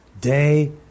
Day